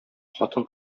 хатын